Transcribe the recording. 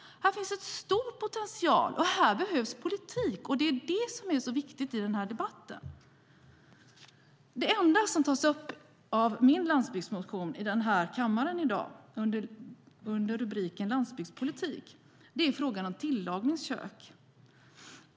Här finns det en stor potential, och här behövs politik. Det är det som är så viktigt i den här debatten. Det enda som tas upp av min landsbygdsmotion i den här kammaren i dag, under rubriken landsbygdspolitik, är frågan om tillagningskök.